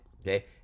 Okay